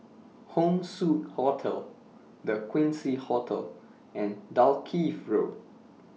Home Suite Hotel The Quincy Hotel and Dalkeith Road